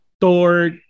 Thor